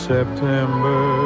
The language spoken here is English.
September